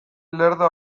lerdo